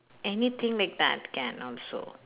anything like that can also